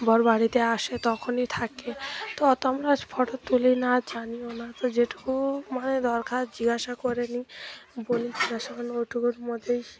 বর বাড়িতে আসে তখনই থাকে তো অত আমরা ফটো তুলি না জানিও না তো যেটুকু মানে দরকার জিজ্ঞাসা করে নিই বলি জিজ্ঞাসা কললে ওটুকুর মধ্যেই